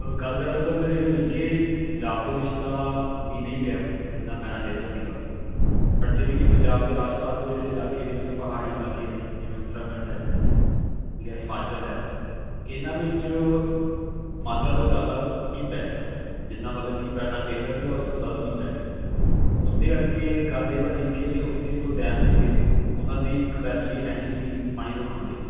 ਗੱਲ ਦਰਅਸਲ ਇਹ ਹੋਈ ਕਿ ਪੰਜਾਬ ਦੇ ਵਿੱਚ ਤਾਂ ਮੀਂਹ ਨਹੀਂ ਪਿਆ ਜਿੰਨਾ ਪੈਣਾ ਚਾਹੀਦਾ ਸੀਗਾ ਪਰ ਜਿਵੇਂ ਕਿ ਪੰਜਾਬ ਦੇ ਆਸ ਪਾਸ ਦੇ ਜਿਹੜੇ ਇਲਾਕੇ ਨੇ ਜਿਵੇਂ ਪਹਾੜੀ ਇਲਾਕੇ ਨੇ ਜਿਵੇਂ ਉੱਤਰਾਖੰਡ ਹੈ ਠੀਕ ਹੈ ਹਿਮਾਚਲ ਹੈ ਇਹਨਾਂ ਵਿੱਚ ਮਾਤਰਾ ਤੋਂ ਜ਼ਿਆਦਾ ਮੀਂਹ ਪੈ ਗਿਆ ਜਿੰਨਾ ਮਤਲਬ ਕਿ ਪੈਣਾ ਚਾਹੀਦਾ ਸੀ ਉਸ ਤੋਂ ਜ਼ਿਆਦਾ ਮੀਂਹ ਪੈ ਗਿਆ ਉਹਦੇ ਕਰਕੇ ਗੱਲ ਇਹ ਬਣੀ ਕਿ ਉਥੇ ਜੋ ਡੈਮ ਸੀਗੇ ਉਹਨਾਂ ਦੀ ਕਪੈਸਿਟੀ ਹੈ ਨਹੀਂ ਸੀਗੀ ਪਾਣੀ ਰੋਕਣ ਦੀ